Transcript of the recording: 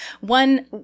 one